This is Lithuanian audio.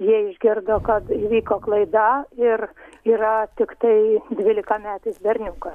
jie išgirdo kad įvyko klaida ir yra tiktai dvylikametis berniukas